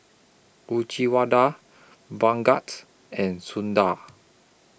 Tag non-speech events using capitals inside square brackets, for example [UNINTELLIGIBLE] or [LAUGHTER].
[UNINTELLIGIBLE] Bhagat's and Sundar